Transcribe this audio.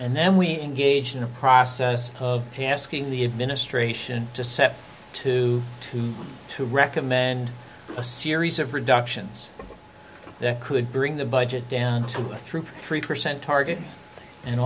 and then we engaged in a process of tasking the administration to set to two to recommend a series of reductions that could bring the budget down to a through three percent target and